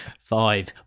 five